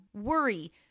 worry